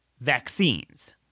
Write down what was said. vaccines